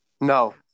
No